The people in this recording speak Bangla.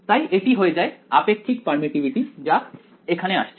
তাই এটি হয়ে যায় আপেক্ষিক পারমিটিভিটি যা এখানে আসছে